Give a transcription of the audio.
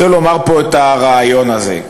אני רוצה לומר פה את הרעיון הזה.